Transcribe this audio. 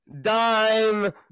Dime